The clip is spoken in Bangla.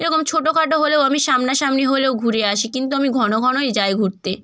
এরকম ছোটো খাটো হলেও আমি সামনা সামনি হলেও ঘুরে আসি কিন্তু আমি ঘন ঘনই যাই ঘুরতে